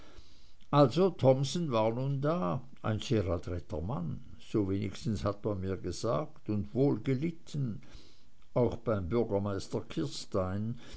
also thomsen war nun da ein sehr adretter mann so wenigstens hat man mir gesagt und wohlgelitten auch beim bürgermeister